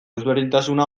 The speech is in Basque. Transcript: ezberdintasuna